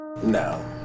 No